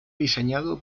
diseñado